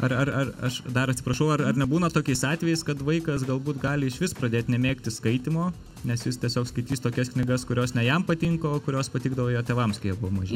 ar ar ar aš dar atsiprašau ar ar nebūna tokiais atvejais kad vaikas galbūt gali išvis pradėt nemėgti skaitymo nes jis tiesiog skaitys tokias knygas kurios ne jam patinka o kurios patikdavo jo tėvams kai jie buvo maži